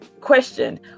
question